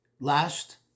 Last